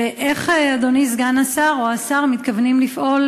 2. איך אדוני סגן השר או השר מתכוונים לפעול